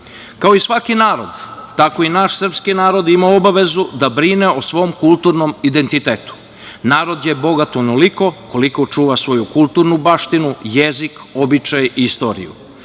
i svaki narod, tako i naš srpski narod ima obavezu da brine o svom kulturnom identitetu. Narod je bogat onoliko koliko čuva svoju kulturnu baštinu, jezik, običaj i istoriju.